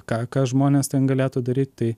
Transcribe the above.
ką ką žmonės ten galėtų daryt tai